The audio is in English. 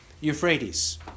Euphrates